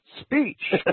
speech